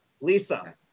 Lisa